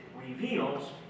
reveals